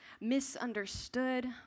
misunderstood